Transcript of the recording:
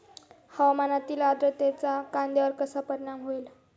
हवामानातील आर्द्रतेचा कांद्यावर कसा परिणाम होईल?